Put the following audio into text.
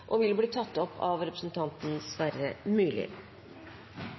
vil bli tatt opp av representanten Sverre Myrli.